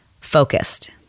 focused